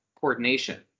coordination